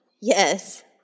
Yes